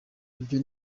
ibyo